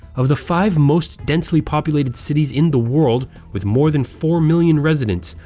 of the five most-densely populated cities in the world with more than four million residents,